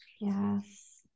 Yes